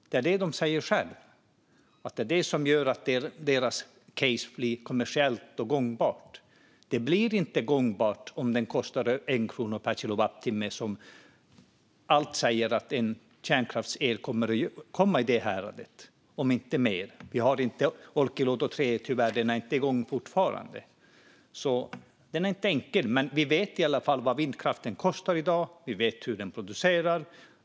De säger själva att det är det som gör att deras case blir kommersiellt gångbart. Det blir inte gångbart om det kostar 1 krona per kilowattimme, vilket är det härad som kärnkraftsel kommer att komma i - om inte mer. Och Olkiluoto 3 är fortfarande inte igång. Det är inte enkelt, men vi vet i alla fall vad vindkraften kostar i dag, och vi vet hur den produceras.